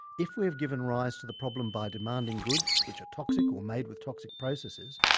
if we have given rise to the problem by demanding goods which are toxic or made with toxic processes,